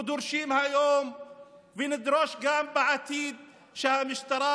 דורשים היום ונדרוש גם בעתיד שהמשטרה